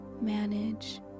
manage